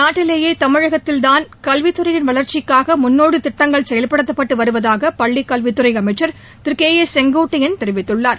நாட்டிலேயே தமிழகத்தின்தான் கல்வித்துறையின் வளர்ச்சிக்காக முன்னோடித் திட்டங்களின் செயல்படுத்தப்பட்டு வருவதாக பள்ளிக் கல்வித்துறை அமைச்சள் திரு கே ஏ செங்கோட்டையள் தெரிவித்துள்ளார்